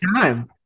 time